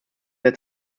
der